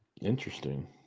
Interesting